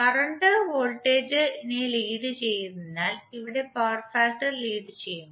current voltage ഇനെ lead ചെയ്യുന്നതിനാൽ ഇവിടെ പവർ ഫാക്ടർ ലീഡ് ചെയ്യുന്നു